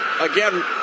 Again